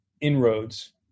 inroads